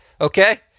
okay